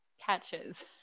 catches